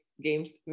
games